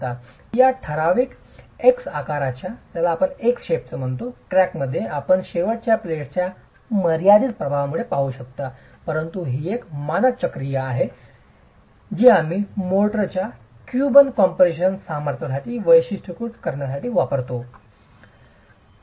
या ठराविक एक्स आकाराच्या क्रॅकमध्ये आपण शेवटच्या प्लेट्सच्या मर्यादीत प्रभावामुळे पाहू शकता परंतु ही एक मानक चाचणी प्रक्रिया आहे जी आम्ही मोर्टारच्या क्यूबन कम्प्रेशन सामर्थ्यासाठी वैशिष्ट्यीकृत करण्यासाठी वापरतो